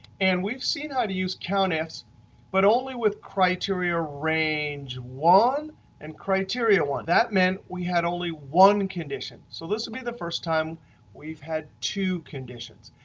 and we've seen how to use countifs but only with criteria range one and criteria one. that meant we had only one condition. so this would be the first time we've had two conditions.